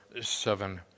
seven